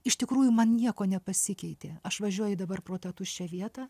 iš tikrųjų man nieko nepasikeitė aš važiuoju dabar pro tą tuščią vietą